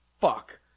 Fuck